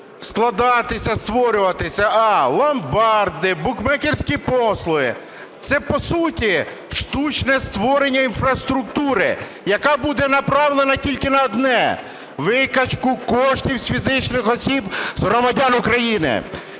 складатися, створюватися: а) ломбарди, букмекерські послуги. Це, по суті, штучне створення інфраструктури, яка буде направлена тільки на одне – викачку коштів з фізичних осіб з громадян України.